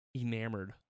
enamored